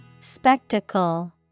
Spectacle